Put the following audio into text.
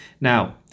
Now